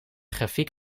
grafiek